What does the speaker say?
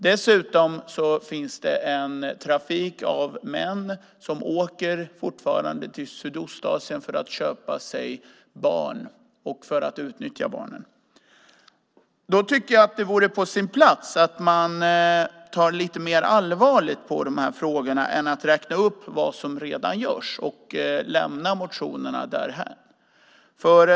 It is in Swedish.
Dessutom finns det fortfarande en trafik av män som åker till Sydostasien för att köpa sig och utnyttja barn. Då tycker jag att det vore på sin plats att man tar lite mer allvarligt på de här frågorna än att räkna upp vad som redan görs och lämna motionerna därhän.